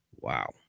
wow